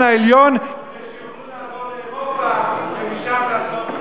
העליון שיוכלו לעבור לאירופה ומשם לעשות